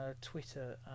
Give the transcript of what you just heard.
Twitter